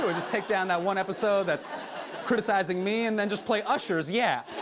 ah just take down that one episode that's criticizing me and then just play usher's yeah.